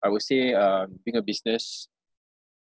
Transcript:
I would say um bigger business